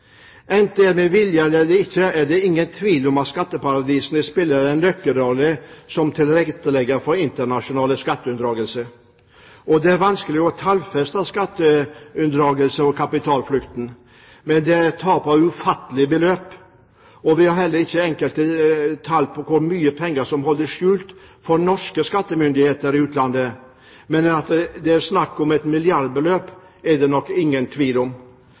Enten det er med vilje eller ikke, er det ingen tvil om at skatteparadisene spiller en nøkkelrolle som tilretteleggere for internasjonal skatteunndragelse. Det er vanskelig å tallfeste skatteunndragelse/kapitalflukt, men det er tale om ufattelige beløp. Vi har heller ikke eksakte tall på hvor mye penger som holdes skjult for norske skattemyndigheter i utlandet, men at det er snakk om milliardbeløp, er det nok ingen tvil om.